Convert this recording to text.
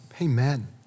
Amen